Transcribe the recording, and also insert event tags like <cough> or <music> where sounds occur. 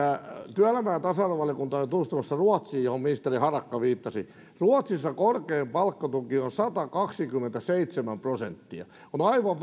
työelämä ja tasa arvovaliokunta oli tutustumassa ruotsiin johon ministeri harakka viittasi ruotsissa korkein palkkatuki on satakaksikymmentäseitsemän prosenttia on aivan <unintelligible>